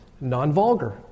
non-vulgar